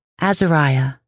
Azariah